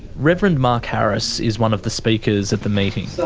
reverend mark harris is one of the speakers at the meeting. so